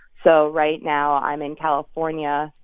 so right now i'm in california,